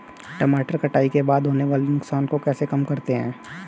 टमाटर कटाई के बाद होने वाले नुकसान को कैसे कम करते हैं?